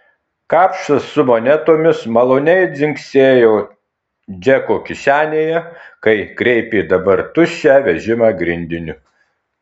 kapšas su monetomis maloniai dzingsėjo džeko kišenėje kai kreipė dabar tuščią vežimą grindiniu